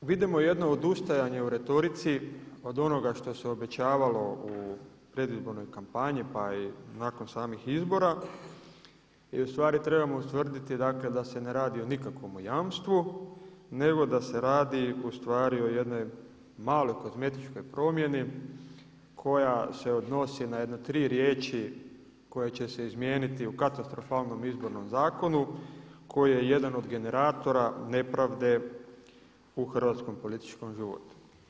Dakle, vidimo jedno odustajanje u retorici od onoga što se obećavalo u predizbornoj kampanji pa i nakon samih izbora i ustvari trebamo ustvrditi da se ne radi o nikakvom jamstvu nego da se radi o jednoj maloj kozmetičkoj promjeni koja se odnosi ja jedno tri riječi koje će se izmijeniti u katastrofalnom izbornom zakonu koji je jedan od generatora nepravde u hrvatskom političkom životu.